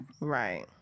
Right